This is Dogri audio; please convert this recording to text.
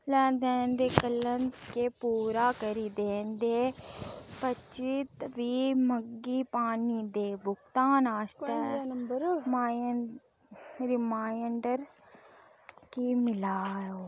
लैन देन दे कल्लन गै पूरा करी देन दे पच्ची त्रीह् मिगी पानी दे भुगतान आस्तै रिमा रिमाइंडर की मिलाओ